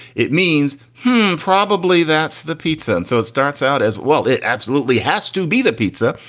it means probably that's the pizza. and so it starts out as well. it absolutely has to be the pizza.